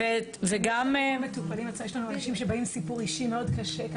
יש לנו אנשים שבאים עם סיפור אישי מאוד קשה.